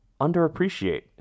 underappreciate